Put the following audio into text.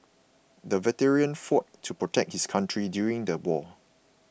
the veteran fought to protect his country during the war